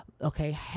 okay